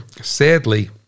sadly